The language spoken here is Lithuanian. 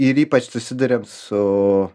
ir ypač susiduriam su